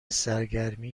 سرگرمی